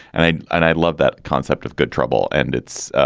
and i and i love that concept of good trouble. and it's